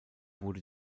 wurde